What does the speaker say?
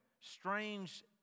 strange